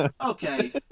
okay